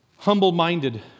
humble-minded